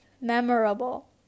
memorable